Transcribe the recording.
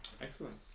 excellent